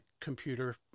computer